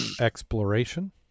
exploration